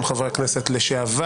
הגיעו אלינו גם חברי כנסת לשעבר,